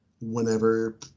whenever